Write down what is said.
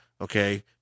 okay